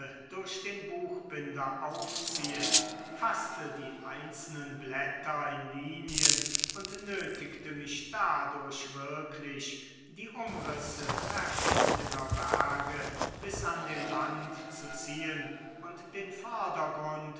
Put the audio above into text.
durch den buchbinder aufziehen faßte die einzelnen blätter in linien und nötigte mich dadurch wirklich die umrisse verschiedener berge bis an den rand zu ziehen und den vordergrund